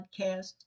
podcast